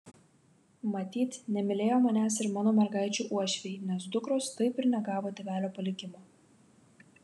matyt nemylėjo manęs ir mano mergaičių uošviai nes dukros taip ir negavo tėvelio palikimo